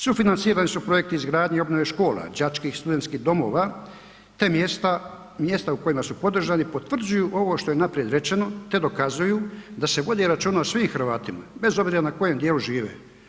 Sufinancirani su projekti izgradnje i obnove škola, đačkih i studentskih domova te mjesta u kojima su podržani potvrđuju ovo što je naprijed rečeno te dokazuju da se vodi računa o svim Hrvatima bez obzira na kojem dijelu žive.